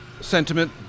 sentiment